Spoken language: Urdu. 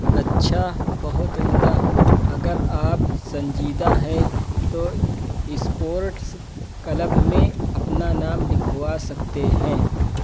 اچھا ہہت عمدہ اگر آپ سنجیدہ ہیں تو اسپورٹس کلب میں اپنا نام لکھوا سکتے ہیں